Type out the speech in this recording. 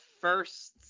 first –